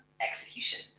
execution